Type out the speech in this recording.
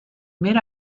mid